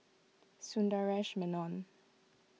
Sundaresh Menon